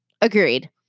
Agreed